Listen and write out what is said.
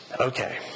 Okay